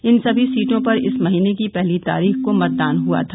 इन सभी सीटों पर इस महीने की पहली तारीख को मतदान हुआ था